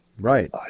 right